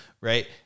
right